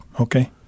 Okay